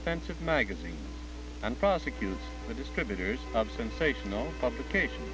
offensive magazines and prosecute the distributors of sensational publication